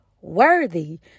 worthy